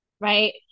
right